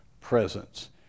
presence